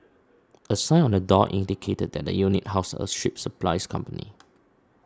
a sign on the door indicated that the unit housed a ship supplies company